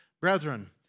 brethren